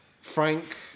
Frank